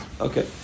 Okay